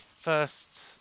first